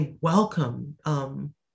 welcome